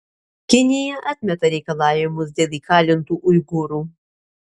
kinija atmeta reikalavimus dėl įkalintų uigūrų